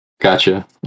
Gotcha